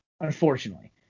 Unfortunately